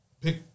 pick